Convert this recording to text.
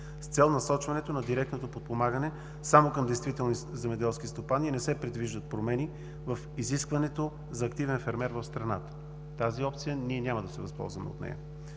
с цел насочването на директното подпомагане само към действителни земеделски стопани и не се предвиждат промени в изискването за активен фермер в страната. От тази опция ние няма да се възползваме. Тя